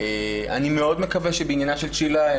אני מאוד מקווה שבעניינה של צ'ילה,